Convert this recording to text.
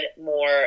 more